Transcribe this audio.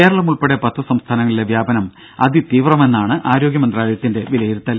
കേരളം ഉൾപ്പെടെ പത്ത് സംസ്ഥാനങ്ങളിലെ വ്യാപനം അതിതീവ്രമെന്നാണ് ആരോഗ്യമന്ത്രാലയത്തിന്റെ വിലയിരുത്തൽ